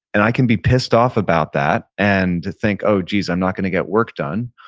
and i can be pissed off about that and think, oh. geez. i'm not gonna get work done,